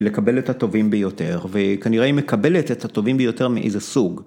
לקבל את הטובים ביותר וכנראה היא מקבלת את הטובים ביותר מאיזה סוג.